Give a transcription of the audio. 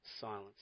silence